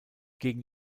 gegen